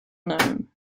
gnome